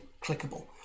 Clickable